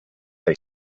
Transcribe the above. they